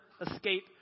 escape